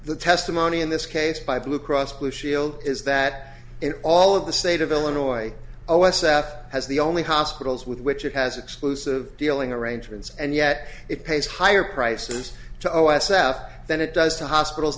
the testimony in this case by blue cross blue shield is that in all of the state of illinois o s f has the only hospitals with which it has exclusive dealing arrangements and yet it pays higher prices to o s f than it does to hospitals